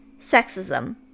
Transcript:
Sexism